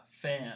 Fan